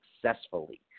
successfully